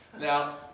Now